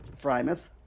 Frymouth